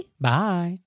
Bye